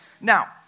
Now